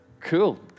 Cool